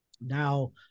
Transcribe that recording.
Now